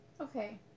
Okay